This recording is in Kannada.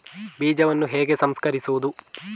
ಬೀಜವನ್ನು ಹೇಗೆ ಸಂಸ್ಕರಿಸುವುದು?